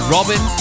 Robin